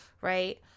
right